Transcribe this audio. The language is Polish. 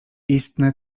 istne